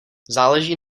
záleží